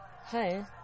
hi